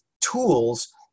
tools